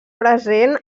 present